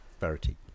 Verity